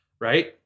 right